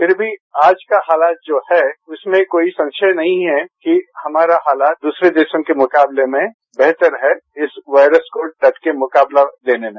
फिर भी आज का हालत जो है उसमें कोई संशय नहीं है कि हमारा हालात दूसरे देशों के मुकाबले में बेहतर है इस वायरस को डट के मुकाबला देने में